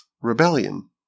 rebellion